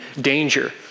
danger